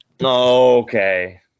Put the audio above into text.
Okay